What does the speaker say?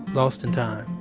lost in time.